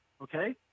Okay